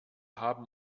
haben